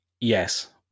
Yes